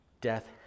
death